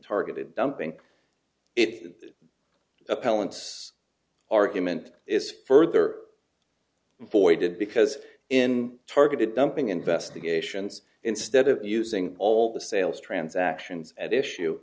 targeted dumping if the appellant's argument is further voided because in targeted dumping investigations instead of using all the sales transactions at issue